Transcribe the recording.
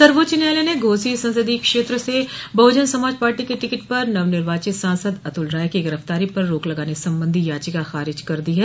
सर्वोच्च न्यायालय ने घोसी संसदीय क्षेत्र से बहुजन समाज पार्टी के टिकट पर नवनिर्वाचित सांसद अतुल राय की गिरफ्तारी पर रोक लगाने संबंधी याचिका खारिज कर दी है